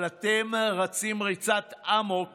אבל אתם רצים ריצת אמוק